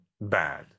bad